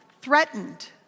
threatened